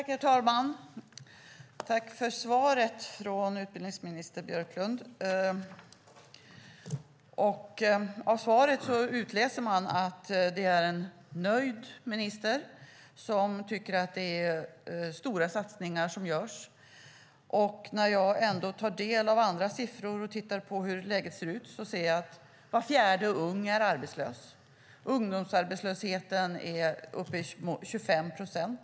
Herr talman! Tack för svaret, utbildningsminister Björklund! Av svaret kan man utläsa att det är en nöjd minister som tycker att det görs stora satsningar. När jag tar del av andra siffror och tittar på hur läget ser ut ser jag att var fjärde ung är arbetslös. Ungdomsarbetslösheten är uppe i 25 procent.